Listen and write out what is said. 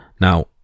now